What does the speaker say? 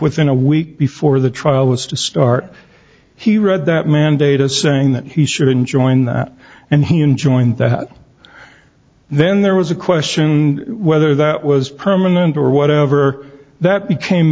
within a week before the trial was to start he read that mandate as saying that he should enjoin that and he enjoined that then there was a question and whether that was permanent or whatever that became